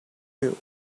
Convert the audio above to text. you